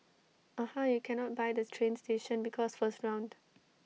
aha you cannot buy the train station because first round